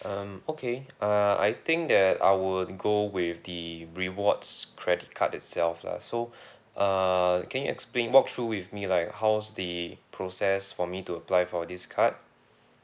um okay uh I think that I would go with the rewards credit card itself lah so uh can you explain walk through with me like how's the process for me to apply for this card